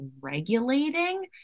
regulating